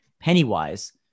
Pennywise